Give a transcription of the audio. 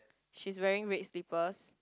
she is wearing red slippers